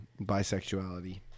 bisexuality